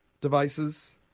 devices